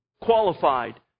qualified